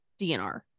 DNR